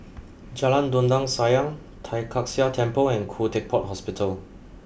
Jalan Dondang Sayang Tai Kak Seah Temple and Khoo Teck Puat Hospital